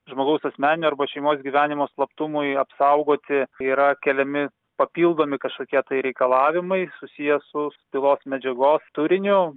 žmogaus asmeninio arba šeimos gyvenimo slaptumui apsaugoti yra keliami papildomi kažkokie tai reikalavimai susiję su bylos medžiagos turiniu